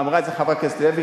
ואמרה את זה חברת הכנסת לוי,